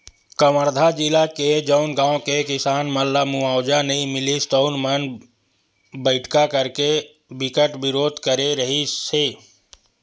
कवर्धा जिला के जउन गाँव के किसान मन ल मुवावजा नइ मिलिस तउन मन बइठका करके बिकट बिरोध करे रिहिस हे